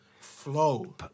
Flow